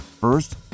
first